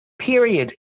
Period